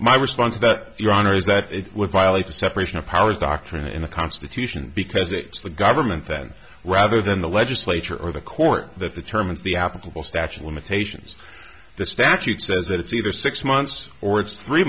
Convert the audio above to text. my response that your honor is that it would violate the separation of powers doctrine in the constitution because it's the government then rather than the legislature or the court that the term is the applicable statutes limitations the statute says that it's either six months or it's three